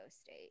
state